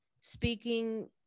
speaking